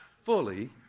fully